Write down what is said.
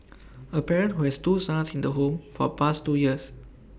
A parent who has two sons in the home for past two years